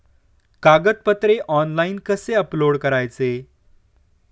कागदपत्रे ऑनलाइन कसे अपलोड करायचे?